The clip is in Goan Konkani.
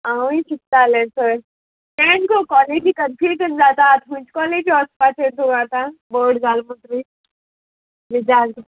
हांवूय शिकतालें थंय तें गो कॉलेजी कन्फ्युजन जाता खंयच कॉलेजी वचपाचें तूं आतां बोर्ड जाल म्हुणू रिजाल्स